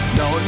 no